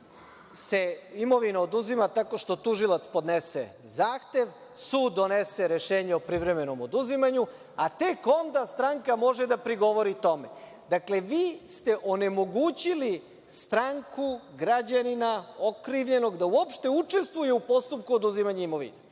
se imovina oduzima tako što tužilac podnese zahtev, sud donese rešenje o privremenom oduzimanju, a tek onda stranka može da prigovori tome. Dakle, vi ste onemogućili stranku, građanina, okrivljenog da uopšte učestvuje u postupku oduzimanja imovine. Sad